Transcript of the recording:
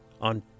on